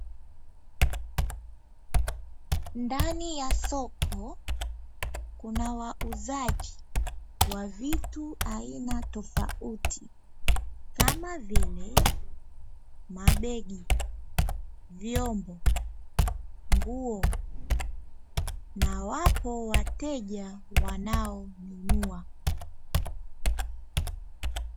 Ndani ya soko Kuna wauzaji wa vitu aina tofauti kama vile; Mabegi ,Vyombo ,Nguo na wapo wateja wanaonunua.